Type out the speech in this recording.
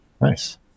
Nice